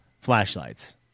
flashlights